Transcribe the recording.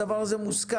הדבר הזה מוסכם.